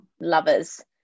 lovers